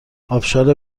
آبشار